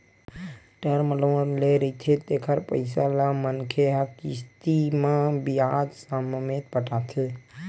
term loan ले रहिथे तेखर पइसा ल मनखे ह किस्ती म बियाज ससमेत पटाथे